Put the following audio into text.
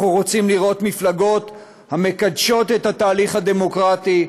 אנחנו רוצים לראות מפלגות המקדשות את התהליך הדמוקרטי,